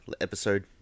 episode